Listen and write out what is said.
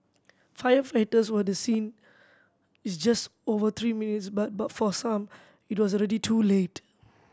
firefighters were the scene is just over three minutes but but for some it was already too late